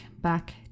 back